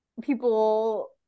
people